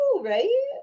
Right